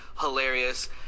hilarious